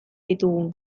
ditugu